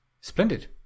Splendid